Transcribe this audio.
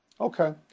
Okay